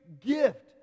gift